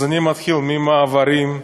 אז אני מתחיל ממעברים,